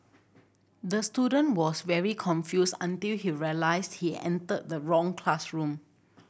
the student was very confused until he realised he entered the wrong classroom